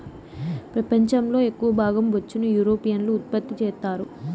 పెపంచం లో ఎక్కవ భాగం బొచ్చును యూరోపియన్లు ఉత్పత్తి చెత్తారు